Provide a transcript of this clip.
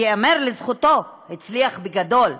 וייאמר לזכותו: הצליח בגדול.